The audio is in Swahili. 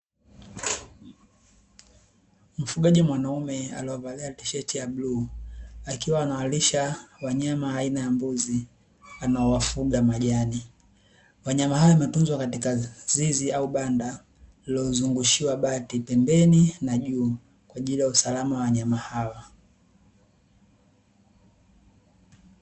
Mfugaji mwanaume alovalia tisheti ya bluu, akiwa anawalisha wanyama aina ya mbuzi anaowafuga majani. Wanyama hawa wametunzwa katika zizi au banda lililozungushiwa bati, pembeni na juu, kwa ajili ya usalama wa wanyama hawa.